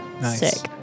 Nice